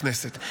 לכנסת.